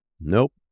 Nope